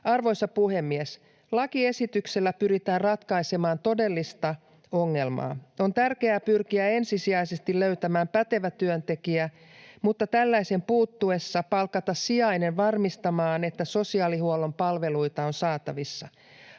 Arvoisa puhemies! Lakiesityksellä pyritään ratkaisemaan todellista ongelmaa. On tärkeää pyrkiä ensisijaisesti löytämään pätevä työntekijä mutta tällaisen puuttuessa palkata sijainen varmistamaan, että sosiaalihuollon palveluita on saatavissa.